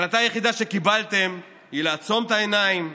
ההחלטה היחידה שקיבלתם היא לעצום את העיניים,